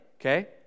Okay